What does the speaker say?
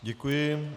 Děkuji.